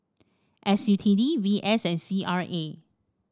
S U T D V S and C R A